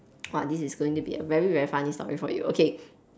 !wah! this is going to be a very very funny story for you okay